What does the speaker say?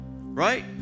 Right